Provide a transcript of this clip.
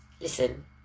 listen